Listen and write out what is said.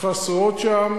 חסרות שם